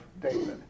David